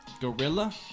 Gorilla